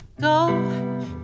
Go